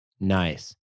nice